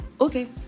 okay